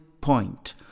point